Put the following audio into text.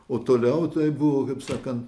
o toliau tai buvo kaip sakant